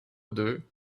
deux